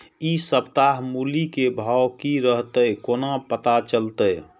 इ सप्ताह मूली के भाव की रहले कोना पता चलते?